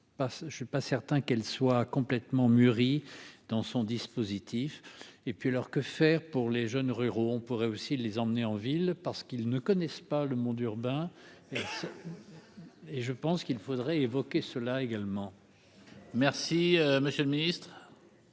je ne suis pas certain qu'elle soit complètement mûri dans son dispositif, et puis alors que faire pour les jeunes ruraux, on pourrait aussi les emmener en ville parce qu'ils ne connaissent pas le monde urbain et je pense qu'il faudrait évoquer cela également. Merci, monsieur le Ministre.